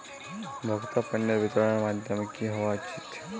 ভোক্তা পণ্যের বিতরণের মাধ্যম কী হওয়া উচিৎ?